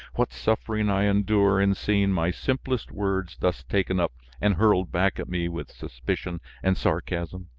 what suffering i endure in seeing my simplest words thus taken up and hurled back at me with suspicion and sarcasm!